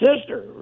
sister